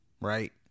Right